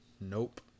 nope